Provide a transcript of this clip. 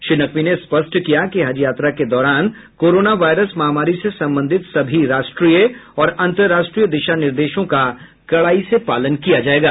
श्री नकवी ने स्पष्ट किया कि हज यात्रा के दौरान कोरोना वायरस महामारी से संबंधित सभी राष्ट्रीय और अंतर्राष्ट्रीय दिशा निर्देशों का कड़ाई से पालन किया जायेगा